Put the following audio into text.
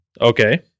Okay